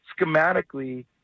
schematically